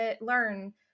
learn